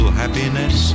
happiness